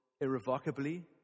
irrevocably